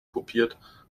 kopiert